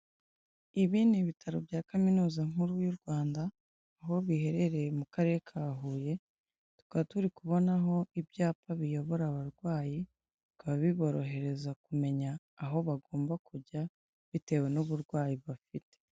Ibi ni ibitaro bya kaminuza nkuru y'u Rwanda aho biherereye mu karere ka Huye tukaba turi kubonaho ibyapa biyobora abarwayi bikaba biborohereza kumenya aho bagomba kujya bitewe n'uburwayi bafite.